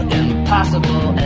impossible